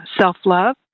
self-love